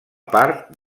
part